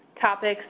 topics